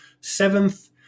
seventh